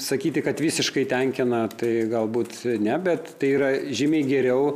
sakyti kad visiškai tenkina tai galbūt ne bet tai yra žymiai geriau